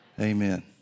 Amen